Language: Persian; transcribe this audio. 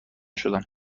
شدم